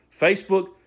Facebook